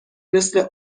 مثل